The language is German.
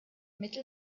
mittel